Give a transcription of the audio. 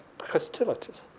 hostilities